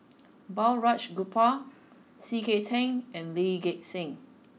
Balraj Gopal C K Tang and Lee Gek Seng